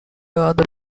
other